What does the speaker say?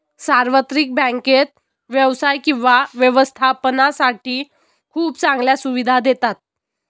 सार्वत्रिक बँकेत व्यवसाय किंवा व्यवस्थापनासाठी खूप चांगल्या सुविधा देतात